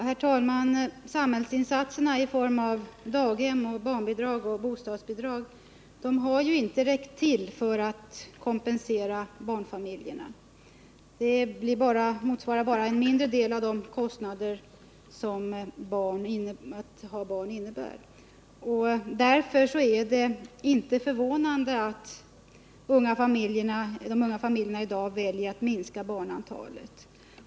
Herr talman! Samhällets insatser i form av daghem, barnbidrag och bostadsbidrag har inte räckt till för att kompensera barnfamiljerna. De motsvarar bara en mindre del av de kostnader som det innebär att ha barn. Därför är det inte förvånande att de unga familjerna i dag väljer att minska barnantalet.